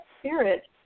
spirit